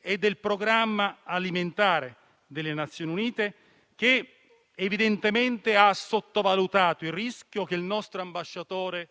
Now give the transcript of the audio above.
e del Programma alimentare delle Nazioni Unite, che evidentemente ha sottovalutato il rischio che il nostro ambasciatore